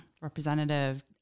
Representative